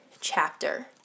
chapter